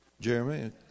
Jeremy